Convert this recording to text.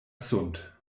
sunt